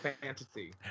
fantasy